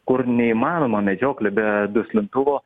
kur neįmanoma medžioklė be duslintuvo